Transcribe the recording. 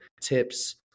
tips